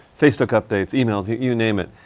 facebook updates, emails, you, you name it.